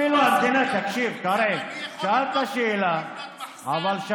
גם אני יכול לבנות מחסן קטן על האדמה הפרטית שלי?